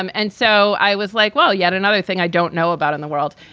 um and so i was like, well, yet another thing i don't know about in the world,